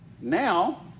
Now